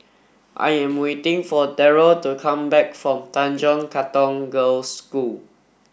I am waiting for Terrell to come back from Tanjong Katong Girls' School